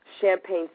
Champagne